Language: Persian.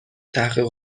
تحقیق